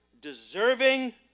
deserving